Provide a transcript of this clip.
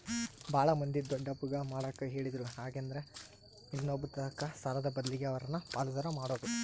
ಬಾಳ ಮಂದಿ ದೊಡ್ಡಪ್ಪಗ ಮಾಡಕ ಹೇಳಿದ್ರು ಹಾಗೆಂದ್ರ ಇನ್ನೊಬ್ಬರತಕ ಸಾಲದ ಬದ್ಲಗೆ ಅವರನ್ನ ಪಾಲುದಾರ ಮಾಡೊದು